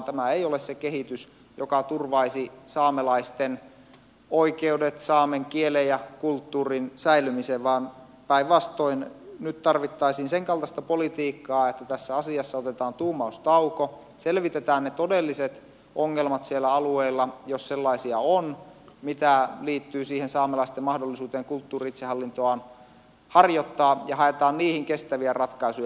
tämä ei ole se kehitys joka turvaisi saamelaisten oikeudet saamen kielen ja kulttuurin säilymiseen vaan päinvastoin nyt tarvittaisiin sen kaltaista politiikkaa että tässä asiassa otetaan tuumaustauko ja selvitetään ne todelliset ongelmat siellä alueella jos sellaisia on mitkä liittyvät siihen saamelaisten mahdollisuuteen kulttuuri itsehallintoaan harjoittaa ja haetaan niihin kestäviä ratkaisuja